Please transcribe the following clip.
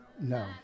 No